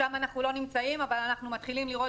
שם אנחנו לא נמצאים אבל אנחנו מתחילים לראות